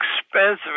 expensive